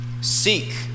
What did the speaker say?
Seek